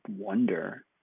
wonder